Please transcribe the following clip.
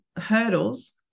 hurdles